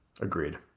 Agreed